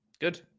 Good